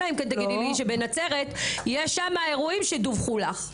אלא אם תגידי לי שבנצרת יש אירועים שדווחו לך?